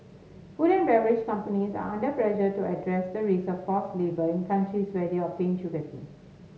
food and beverage companies are under pressure to address the risk of forced labour in countries where they obtain sugar cane